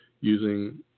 using